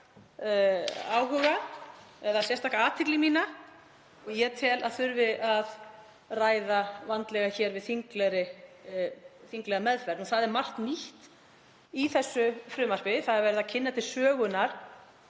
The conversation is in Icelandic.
sem vekja sérstaka athygli mína og ég tel að þurfi að ræða vandlega hér við þinglega meðferð. Það er margt nýtt í þessu frumvarpi, það er verið að kynna til sögunnar